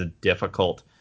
difficult